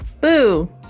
boo